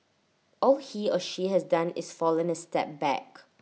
all he or she has done is fallen A step back